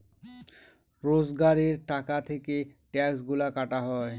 রোজগারের টাকা থেকে ট্যাক্সগুলা কাটা হয়